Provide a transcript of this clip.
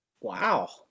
Wow